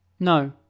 No